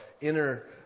inner